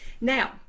Now